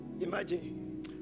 imagine